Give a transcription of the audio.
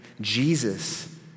Jesus